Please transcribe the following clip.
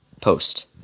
post